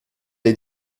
les